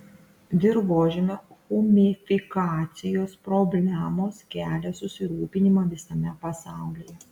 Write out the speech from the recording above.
dirvožemio humifikacijos problemos kelia susirūpinimą visame pasaulyje